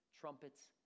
trumpets